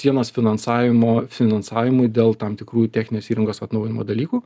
sienos finansavimo finansavimui dėl tam tikrų techninės įrangos atnaujinimo dalykų